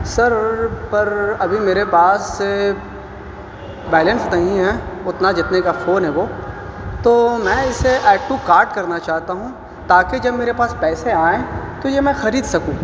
سر پر ابھی میرے پاس بیلنس نہیں ہے اتنا جتنے کا فون ہے وہ تو میں اسے ایکٹو کارٹ کرنا چاہتا ہوں تاکہ جب میرے پاس پیسے آئیں تو یہ میں خرید سکوں